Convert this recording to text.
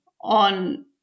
on